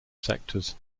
sectors